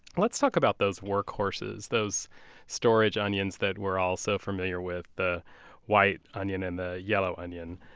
let's talk about those workhorses, those storage onions that we're all so familiar with, the white onion and the yellow onion.